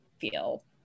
feel